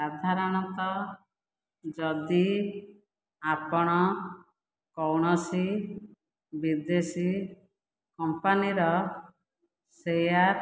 ସାଧାରଣତଃ ଯଦି ଆପଣ କୌଣସି ବିଦେଶୀ କମ୍ପାନୀର ସେୟାର୍